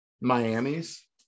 Miami's